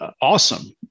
awesome